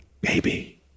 baby